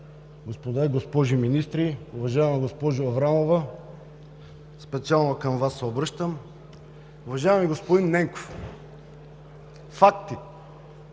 господа и госпожи министри, уважаема госпожо Аврамова – специално към Вас се обръщам! Уважаеми господин Ненков, фактите